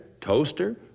toaster